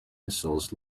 missiles